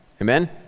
Amen